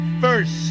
first